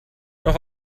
noch